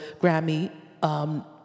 Grammy